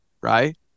right